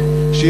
עיסאווי,